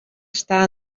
està